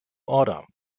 order